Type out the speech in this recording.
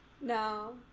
No